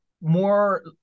more